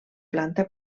planta